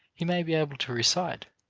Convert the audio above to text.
he may be able to recite,